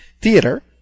theater